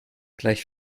gleich